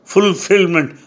Fulfillment